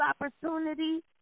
opportunity